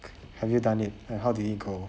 have you done it and how did it go